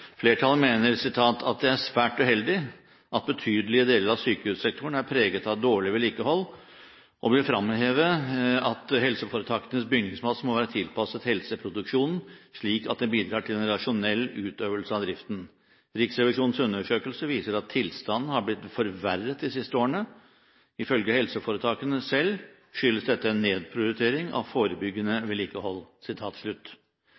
Flertallet mener at «det er svært uheldig at betydelige deler av sykehussektoren er preget av dårlig vedlikehold og vil fremheve at helseforetakenes bygningsmasse må være tilpasset helseproduksjonen slik at den bidrar til en rasjonell utøvelse av driften. Riksrevisjonens undersøkelse viser at tilstanden har blitt forverret de siste årene. Ifølge helseforetakene selv skyldes dette en nedprioritering av forebyggende